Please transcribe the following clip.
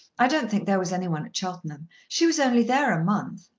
i don't think there was any one at cheltenham. she was only there a month.